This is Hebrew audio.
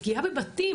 פגיעה בבתים